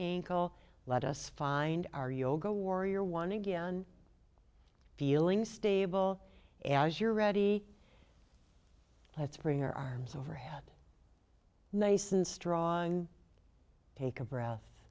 ankle let us find our yoga warrior one again feeling stable and as you're ready let's bring our arms overhead nascence drawing take a breath